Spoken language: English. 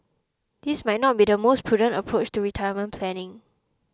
this might not be the most prudent approach to retirement planning